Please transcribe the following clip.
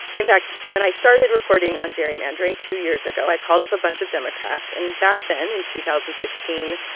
in fact, when i started reporting on gerrymandering two years ago, i called up a bunch of democrats. and back then, in two thousand and sixteen,